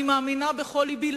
אני מאמינה בכל לבי,